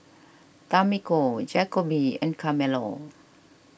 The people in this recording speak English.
Tamiko Jacoby and Carmelo